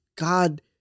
God